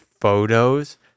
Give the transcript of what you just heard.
photos